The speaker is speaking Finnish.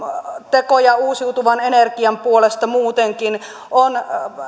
tekoja uusiutuvan energian puolesta muutenkin on